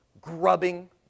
grubbing